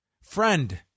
friend